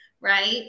right